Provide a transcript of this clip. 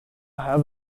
have